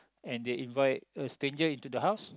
and they invite a stranger into the house